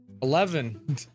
Eleven